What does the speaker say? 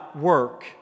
work